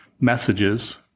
messages